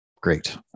Great